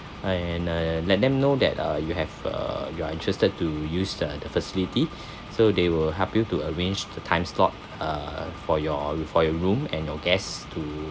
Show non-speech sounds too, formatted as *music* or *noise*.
and uh let them know that uh you have uh you are interested to use the the facility *breath* so they will help you to arrange the time slot uh for your for your room and your guests to